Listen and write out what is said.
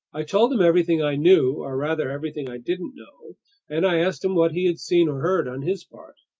i told him everything i knew or, rather, everything i didn't know and i asked him what he had seen or heard on his part.